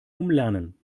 umlernen